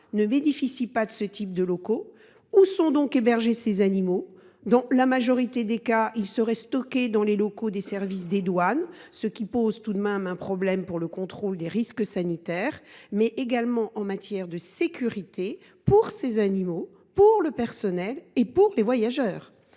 ne bénéficiant pas de ce type de locaux, où sont hébergés ces animaux ? Dans la majorité des cas, ils seraient stockés dans les locaux des services des douanes, ce qui pose un problème en matière tant de contrôle des risques sanitaires que de sécurité pour ces animaux, pour le personnel et pour les voyageurs.